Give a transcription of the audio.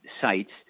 sites